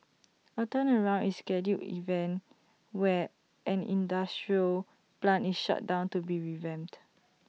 A turnaround is scheduled event where an industrial plant is shut down to be revamped